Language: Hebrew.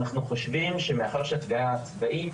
אנחנו חושבים שמאחר והתביעה הצבאית